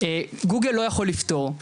גוגל לא יכול לפתור,